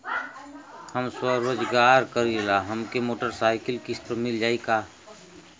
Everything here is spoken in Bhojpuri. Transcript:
हम स्वरोजगार करीला हमके मोटर साईकिल किस्त पर मिल जाई का?